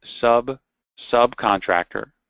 sub-subcontractor